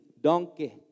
donkey